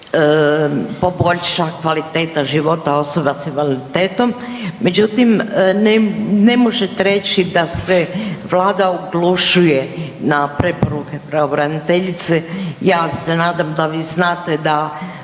poboljša kvaliteta života osoba s invaliditetom, međutim ne možete reći da se Vlada oglušuje na preporuke pravobraniteljice. Ja znadem da vi znate da